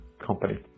company